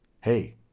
Hey